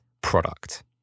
product